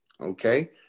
Okay